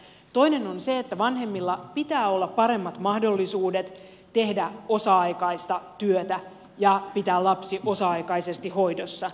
toinen on se että vanhemmilla pitää olla paremmat mahdollisuudet tehdä osa aikaista työtä ja pitää lapsi osa aikaisesti hoidossa